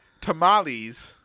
tamales